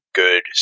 good